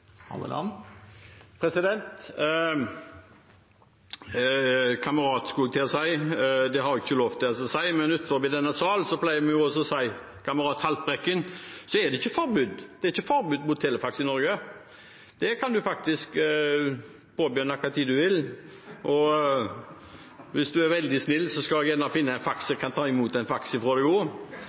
til å si. Det har jeg ikke lov til å si, men utenfor denne sal pleier vi å si «kamerat Haltbrekken». Det er ikke forbud mot telefaks i Norge. Det kan man faktisk bruke når man vil, og hvis Haltbrekken er veldig snill, skal jeg gjerne finne en faks så jeg kan ta imot faks fra